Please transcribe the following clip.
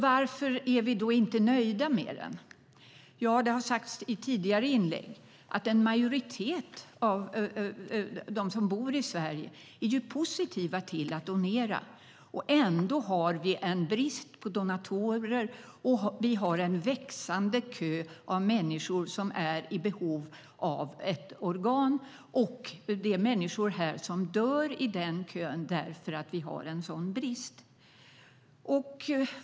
Varför är vi då inte nöjda med den? Det har sagts i tidigare inlägg att en majoritet av dem som bor i Sverige är positiva till att donera. Ändå har vi en brist på donatorer, och vi har en växande kö av människor som är i behov av ett organ. Det är människor som dör i den kön för att vi har en sådan brist.